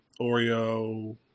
Oreo